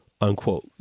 Unquote